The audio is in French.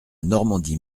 normandie